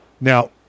Now